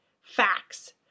facts